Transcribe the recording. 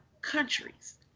countries